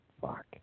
Fuck